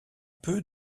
peu